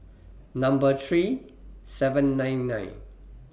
Number three seven nine nine